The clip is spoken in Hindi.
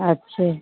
अच्छे